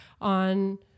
on